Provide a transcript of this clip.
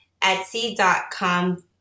Etsy.com